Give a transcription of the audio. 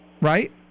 Right